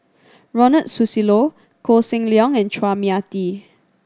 Ronald Susilo Koh Seng Leong and Chua Mia Tee